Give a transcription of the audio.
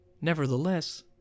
Nevertheless